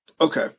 Okay